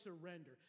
surrender